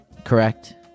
correct